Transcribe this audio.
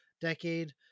decade